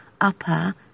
upper